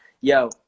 yo